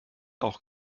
auch